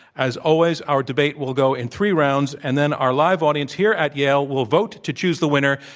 as always, our debate will go in three rounds. and then our live audience here at yale will vote to choose the winner.